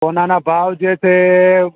સોનાના ભાવ જે છે એ